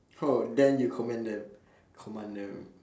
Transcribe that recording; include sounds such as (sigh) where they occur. (noise) then you commend them command them